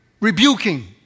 rebuking